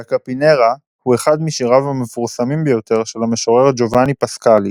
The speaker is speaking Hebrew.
"La Capinera" הוא אחד משיריו המפורסמים ביותר של המשורר ג'ובני פסקולי.